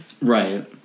Right